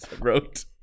wrote